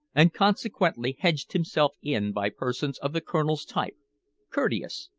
and consequently hedged himself in by persons of the colonel's type courteous,